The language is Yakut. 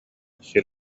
сир